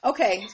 Okay